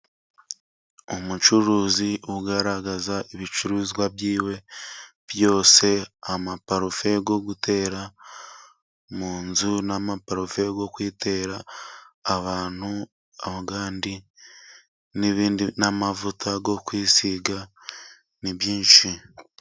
Umucuruzi ugaraza ibicuruzwa bye byose. Ama-parufe yo gutera mu nzu na ma-parufe zpo gutera abantu ,andi n'amavuta no kwisiga ni byinshi.